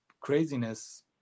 craziness